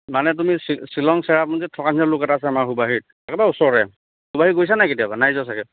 মানে তুমি শ্বিলং চেৰাপুঞ্জীত থকাৰ নিচিনা লুক এটা আছে আমাৰ সুবাহিত একবাৰ ওচৰতে সুবাহিত গৈছা নাই কেতিয়াবা নাই যোৱা চাগে